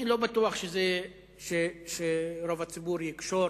אני לא בטוח שרוב הציבור יקשור